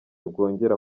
bwongera